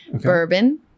bourbon